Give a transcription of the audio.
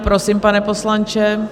Prosím, pane poslanče.